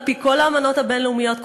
על-פי כל האמנות הבין-לאומיות,